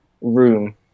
room